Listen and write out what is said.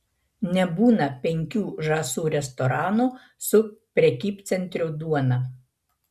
nebūna penkių žąsų restorano su prekybcentrio duona